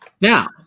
Now